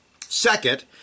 Second